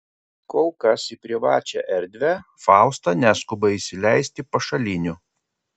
kol kas į privačią erdvę fausta neskuba įsileisti pašalinių